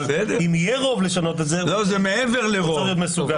אבל אם יהיה רוב לשנות את זה הוא צריך להיות מסוגל לשנות.